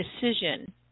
decision